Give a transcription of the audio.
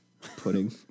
pudding